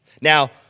Now